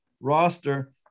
roster